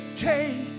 Take